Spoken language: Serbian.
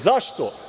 Zašto?